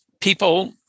people